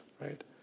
right